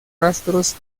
rastros